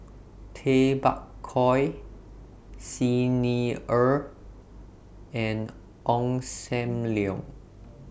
Tay Bak Koi Xi Ni Er and Ong SAM Leong